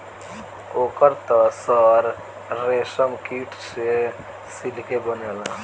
ओकर त सर रेशमकीट से सिल्के बनेला